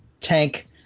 tank